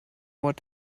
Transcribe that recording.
what